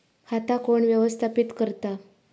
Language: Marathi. खाता कोण व्यवस्थापित करता?